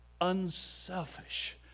unselfish